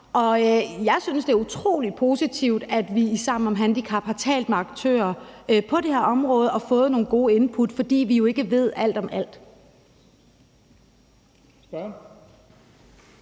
jeg synes, det er utrolig positivt, at vi i »Sammen om Handicap« har talt med aktører på det her område og fået nogle gode input, fordi vi jo ikke ved alt om alt.